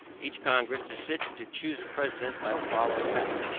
each congress to sit and to choose a president by the following method.